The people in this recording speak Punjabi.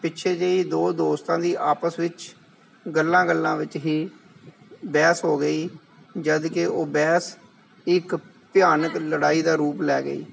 ਪਿੱਛੇ ਜਿਹੀ ਦੋ ਦੋਸਤਾਂ ਦੀ ਆਪਸ ਵਿੱਚ ਗੱਲਾਂ ਗੱਲਾਂ ਵਿੱਚ ਹੀ ਬਹਿਸ ਹੋ ਗਈ ਜਦੋਂ ਕਿ ਉਹ ਬਹਿਸ ਇੱਕ ਭਿਆਨਕ ਲੜਾਈ ਦਾ ਰੂਪ ਲੈ ਗਈ